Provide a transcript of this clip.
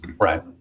right